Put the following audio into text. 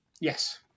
yes